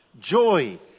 joy